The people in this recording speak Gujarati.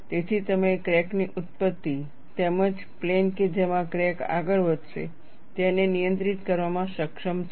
તેથી તમે ક્રેક ની ઉત્પત્તિ તેમજ પ્લેન કે જેમાં ક્રેક આગળ વધશે તેને નિયંત્રિત કરવામાં સક્ષમ છો